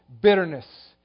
bitterness